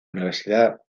universidad